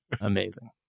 Amazing